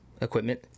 equipment